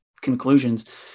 conclusions